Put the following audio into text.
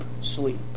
sleep